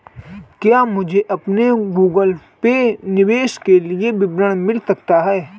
क्या मुझे अपने गूगल पे निवेश के लिए विवरण मिल सकता है?